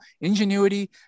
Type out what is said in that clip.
ingenuity